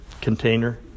container